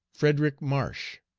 frederick marsh,